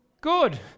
good